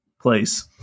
place